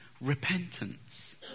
repentance